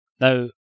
Now